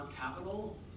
capital